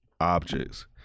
objects